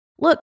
Look